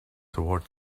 toward